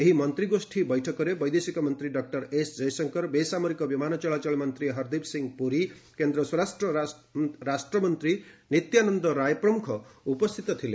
ଏହି ମନ୍ତ୍ରୀଗୋଷ୍ଠୀ ବୈଠକରେ ବୈଦେଶିକ ମନ୍ତ୍ରୀ ଡକ୍କର ଏସ୍ ଜୟଶଙ୍କର ବେସାମରିକ ବିମାନ ଚଳାଚଳ ମନ୍ତ୍ରୀ ହର୍ଦୀପ୍ ସିଂହ ପୁରୀ କେନ୍ଦ୍ର ସ୍ୱରାଷ୍ଟ୍ର ରାଷ୍ଟ୍ରମନ୍ତ୍ରୀ ନିତ୍ୟାନନ୍ଦ ରାୟ ପ୍ରମୁଖ ଉପସ୍ଥିତ ଥିଲେ